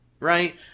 right